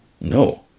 no